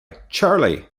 charlie